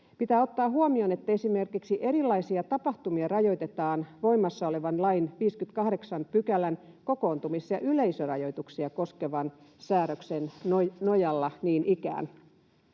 Pitää ottaa huomioon, että esimerkiksi erilaisia tapahtumia rajoitetaan niin ikään voimassa olevan lain 58 §:n kokoontumis- ja yleisörajoituksia koskevan säännöksen nojalla. Tästä